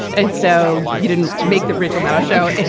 and so you didn't make the rachel maddow show.